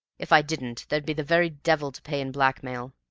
if i didn't there'd be the very devil to pay in blackmail.